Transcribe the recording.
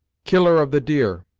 killer of the deer,